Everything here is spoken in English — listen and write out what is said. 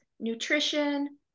nutrition